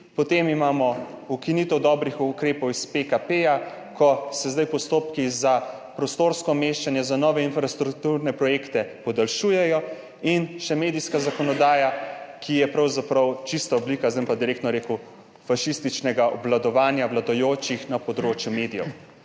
Potem imamo ukinitev dobrih ukrepov iz PKP, ko se zdaj postopki za prostorsko umeščanje za nove infrastrukturne projekte podaljšujejo in še medijska zakonodaja, ki je pravzaprav čista oblika, zdaj bom pa direktno rekel, fašističnega obvladovanja vladajočih na področju medijev.